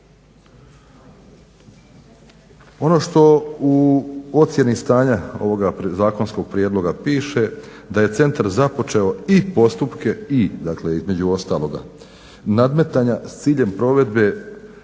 Ono što u ocjeni stanja ovoga predzakonskog prijedloga piše da je centar započeo i postupke i, dakle između ostaloga, nadmetanja s ciljem provedbe